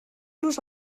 los